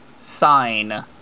sign